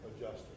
adjuster